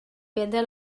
prendre